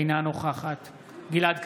אינה נוכחת גלעד קריב,